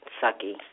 sucky